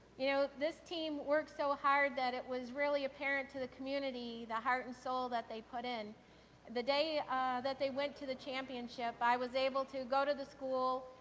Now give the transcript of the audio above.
you know, this teamworked so hard that it was really apparent to the community, the heart and soul that they put in. and the day that they went to the championship, i was able to go to the school,